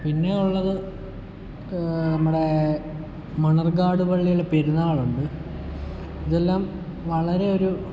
പിന്നെയുള്ളത് നമ്മുടെ മണ്ണാർക്കാട് പളളിലെ പെരുന്നാളുണ്ട് ഇതെല്ലാം വളരെ ഒരു